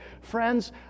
Friends